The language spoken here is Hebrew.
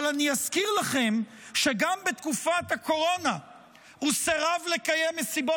אבל אזכיר לכם שגם בתקופת הקורונה הוא סירב לקיים מסיבות